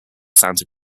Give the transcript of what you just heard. santa